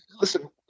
listen